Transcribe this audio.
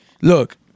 Look